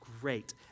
great